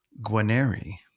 Guaneri